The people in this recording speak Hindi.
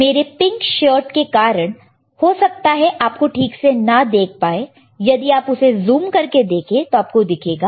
मेरे पिंक शर्ट के कारण हो सकता है आप ठीक से ना देख पाए यदि आप उसे जूम करके देखें तो आपको दिखेगा